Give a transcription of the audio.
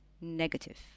negative